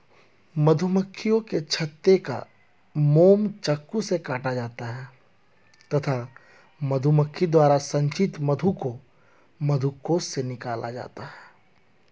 मधुमक्खियों के छत्ते का मोम चाकू से काटा जाता है तथा मधुमक्खी द्वारा संचित मधु को मधुकोश से निकाला जाता है